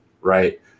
right